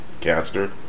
caster